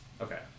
Okay